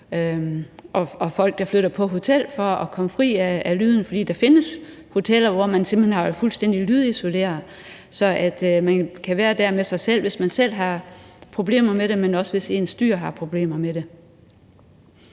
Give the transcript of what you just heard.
er folk, der flytter på hotel for at komme fri af lydene, for der findes hoteller, som simpelt hen er fuldstændig lydisolerede, så man kan være der selv, hvis man selv har problemer med det, men også sammen med ens dyr, hvis de har problemer med det.